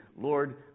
Lord